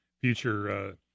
future –